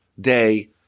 day